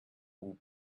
hoop